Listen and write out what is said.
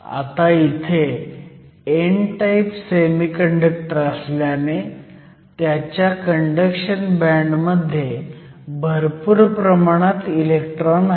आता इथे n type semiconductor असल्याने त्याच्या कंडक्शन बँड मध्ये भरपूर प्रमाणात इलेक्ट्रॉन आहेत